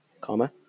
comma